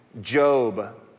Job